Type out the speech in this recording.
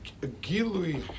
Gilu'i